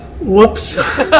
Whoops